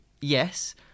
yes